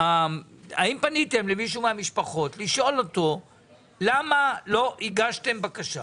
האם פניתם למישהו מהמשפחות לשאול אותו למה לא הגשתם בקשה?